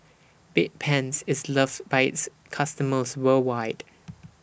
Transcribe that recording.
Bedpans IS loved By its customers worldwide